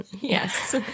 yes